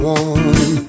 one